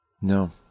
No